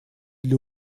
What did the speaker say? для